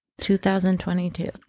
2022